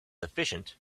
efficient